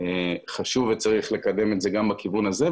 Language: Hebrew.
חשוב וצריך לקדם את זה גם בכיוון הזה.